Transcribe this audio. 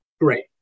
Great